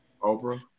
oprah